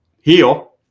heal